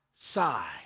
Sigh